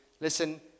listen